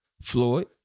Floyd